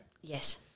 Yes